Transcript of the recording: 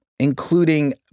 including